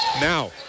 Now